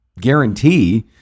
guarantee